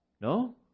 No